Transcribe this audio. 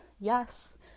yes